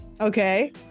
Okay